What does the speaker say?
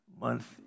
month